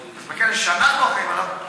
אז בכנס שאנחנו אחראים עליו,